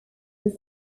was